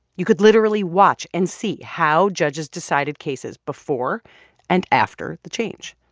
you could literally watch and see how judges decided cases before and after the change.